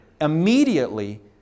Immediately